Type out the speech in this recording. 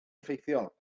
effeithiol